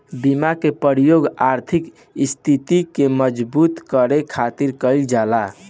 बीमा के प्रयोग आर्थिक स्थिति के मजबूती करे खातिर कईल जाला